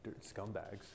scumbags